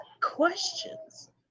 questions